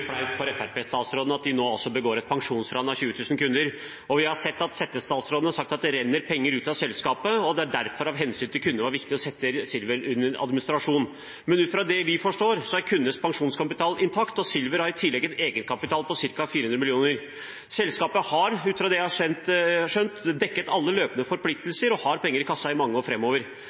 flaut for fremskrittspartistatsråden at de nå altså begår et pensjonsran av 20 000 kunder. Vi har sett at settestatsrådene har sagt at det renner penger ut av selskapet, og at det derfor av hensyn til kundene var viktig å sette Silver under administrasjon. Men ut fra det vi forstår, er kundenes pensjonskapital intakt, og Silver har i tillegg en egenkapital på ca. 400 mill. kr. Selskapet har, ut fra det jeg har skjønt, dekket alle løpende forpliktelser og har penger i kassa i mange år